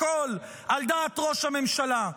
הכול על דעת ראש הממשלה.